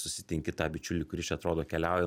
susitinki tą bičiulį kuris čia atrodo keliauja